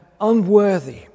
unworthy